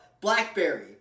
blackberry